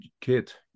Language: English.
kit